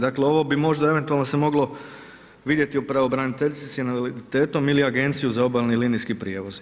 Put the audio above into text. Dakle ovo bi možda eventualno se vidjeti o pravobraniteljici s invaliditetom ili Agenciju za obalni linijski prijevoz.